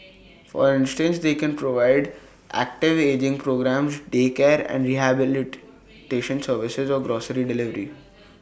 for instance they can provide active ageing programmes daycare and rehabilitation services or grocery delivery